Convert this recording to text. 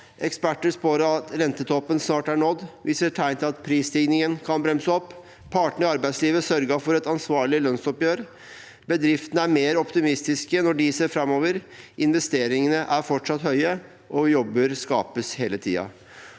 Eksperter spår at rentetoppen snart er nådd. Vi ser tegn til at prisstigningen kan bremse opp. Partene i arbeidslivet sørget for et ansvarlig lønnsoppgjør, og bedriftene er mer optimistiske når de ser framover. Investeringene er fortsatt høye, jobber skapes hele tiden,